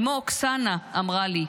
אימו אוקסנה אמרה לי: